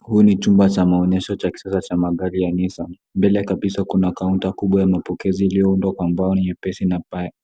Huu ni chumba cha maonyesho cha kisasa cha magari ya nissan. Mbele kabisa kuna kaunta kubwa ya mapokezi iliyoundwa kwa mbao nyepesi na